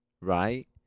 Right